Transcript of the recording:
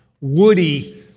woody